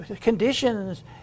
conditions